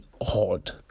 odd